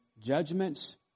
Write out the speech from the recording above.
judgments